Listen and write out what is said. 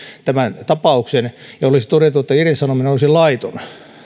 tämän tapauksen ja olisi todettu että irtisanominen olisi laiton